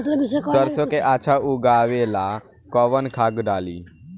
सरसो के अच्छा उगावेला कवन खाद्य डाली?